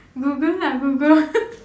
google lah google